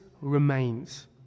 remains